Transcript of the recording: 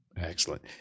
Excellent